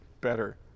better